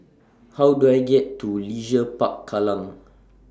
How Do I get to Leisure Park Kallang